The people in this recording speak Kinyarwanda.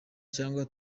cyangwa